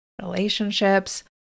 relationships